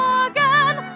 again